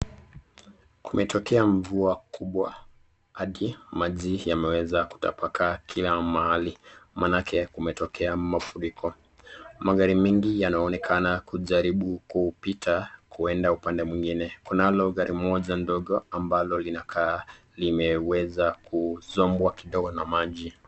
Kumetokea mvua kubwa hadi maji yameweza kutapakaa kila mahali manake kumetokea mafuriko. Magari mengi yanaonekana kujaribu kupita kuenda upande mwingine. Kunalo gari Moja ndogo ambalo linakaa limeweza kuzombwa kidogo na maji.